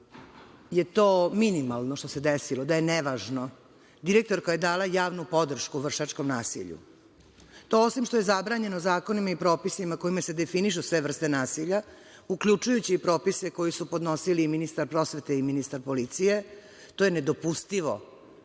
je to minimalno što se desilo, da je nevažno. Direktorka je dala javnu podršku vršnjačkom nasilju. To osim što je zabranjeno zakonima i propisima kojima se definišu sve vrste nasilja, uključujući i propise koji su podnosili ministar prosvete i ministar policije, to je nedopustivo.